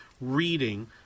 reading